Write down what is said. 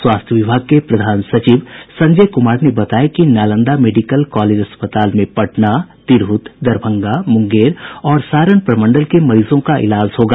स्वास्थ्य विभाग के प्रधान सचिव संजय कुमार ने बताया कि नालंदा मेडिकल कालेज अस्पताल में पटना तिरहुत दरभंगा मुंगेर और सारण प्रमंडल के मरीजों का इलाज होगा